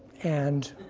and